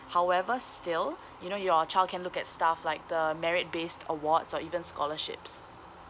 however still you know your child can look at stuff like the merit based awards or even scholarships